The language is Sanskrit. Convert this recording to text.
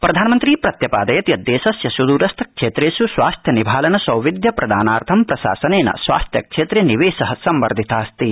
प्रधानमंत्री प्रत्यपादयत् यत् दश्मिय सुदरस्थ क्षप्रिय स्वास्थ्य निभालन सौविध्य प्रदानार्थं प्रशासन स्वास्थ्य क्षम्रामिवध्य संवर्धित अस्ति